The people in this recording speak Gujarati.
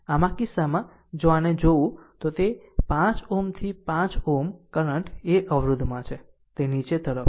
આમ આ કિસ્સામાં જો આને જોવું તો તે 5 Ω થી 5 Ω કરંટ એ અવરોધમાં છે તે નીચે તરફ